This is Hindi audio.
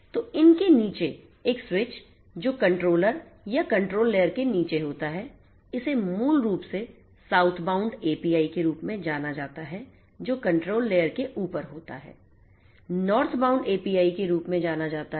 तो इन के नीचे एक स्विच जो कंट्रोलर या कंट्रोल लेयर के नीचे होता है इसे मूल रूप से साउथबाउंड एपीआई के रूप में जाना जाता है जो कंट्रोल लेयर के ऊपर होता है नॉर्थबाउंड एपीआई के रूप में जाना जाता है